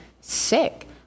sick